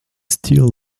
still